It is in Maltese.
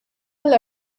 għall